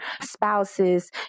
spouses